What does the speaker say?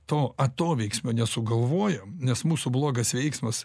to atoveiksmio nesugalvojom nes mūsų blogas veiksmas